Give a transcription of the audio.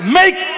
make